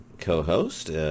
co-host